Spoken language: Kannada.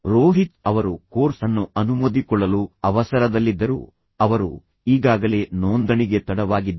ರೋಹಿತ್ ಅವರು ಕೋರ್ಸ್ ಅನ್ನು ಅನುಮೋದಿ ಕೊಳ್ಳಲು ಅವಸರದಲ್ಲಿದ್ದರು ಅವರು ಈಗಾಗಲೇ ನೋಂದಣಿಗೆ ತಡವಾಗಿದ್ದರು